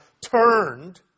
turned